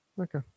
Okay